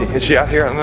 is she out here. and like